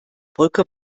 brücke